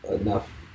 enough